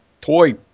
toy